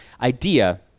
idea